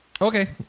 Okay